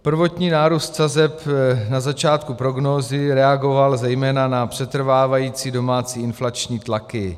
Prvotní nárůst sazeb na začátku prognózy reagoval zejména na přetrvávající domácí inflační tlaky.